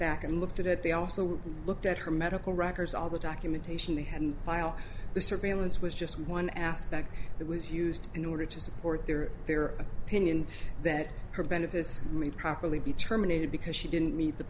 back and looked at it they also looked at her medical records all the documentation they had and file the surveillance was just one aspect that was used in order to support their their opinion that her benefits read properly be terminated because she didn't need t